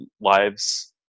lives